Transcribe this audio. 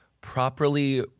properly